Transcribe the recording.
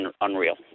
unreal